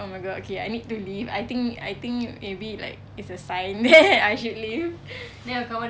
oh my god okay I need to leave I think I think maybe like it's a sign that I should leave